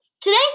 Today